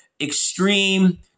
extreme